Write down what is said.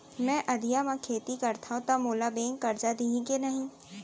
मैं अधिया म खेती करथंव त मोला बैंक करजा दिही के नही?